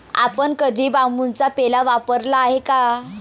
आपण कधी बांबूचा पेला वापरला आहे का?